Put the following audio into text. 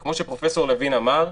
כפי שפרופ' לוין אמר,